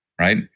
right